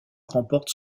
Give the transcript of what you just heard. remporte